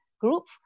group